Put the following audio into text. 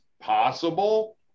Possible